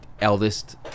eldest